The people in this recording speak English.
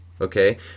Okay